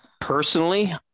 Personally